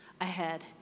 ahead